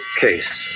case